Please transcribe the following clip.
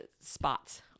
spots